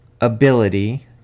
ability